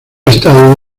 estado